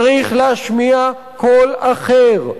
צריך להשמיע קול אחר,